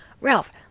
Ralph